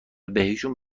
بهشون